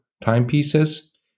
timepieces